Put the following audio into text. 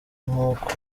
nk’uko